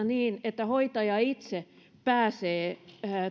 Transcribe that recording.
niin että hoitaja pääsee itse